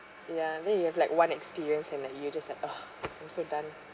ya and then you have like one experience and then you just like ah I'm so done